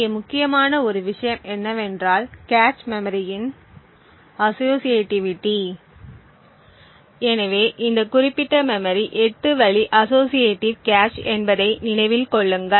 இங்கே முக்கியமான ஒரு விஷயம் என்னவென்றால் கேச் மெமரியின் அஸோஸியேட்டிவிட்டி எனவே இந்த குறிப்பிட்ட மெமரி 8 வழி அஸோஸியேடிவ் கேச் என்பதை நினைவில் கொள்ளுங்கள்